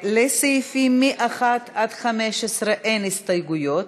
לסעיפים 1 15 אין הסתייגויות.